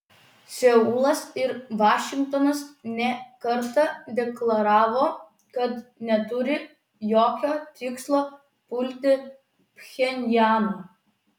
seulas ir vašingtonas ne kartą deklaravo kad neturi jokio tikslo pulti pchenjaną